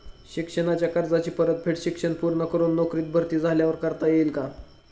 शिक्षणाच्या कर्जाची परतफेड शिक्षण पूर्ण करून नोकरीत भरती झाल्यावर करता येईल काय?